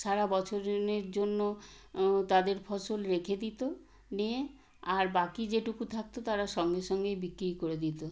সারা বছরনের জন্য তাদের ফসল রেখে দিতো নিয়ে আর বাকি যেটুকু থাকতো তারা সঙ্গে সঙ্গেই বিক্রি করে দিতো